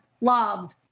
loved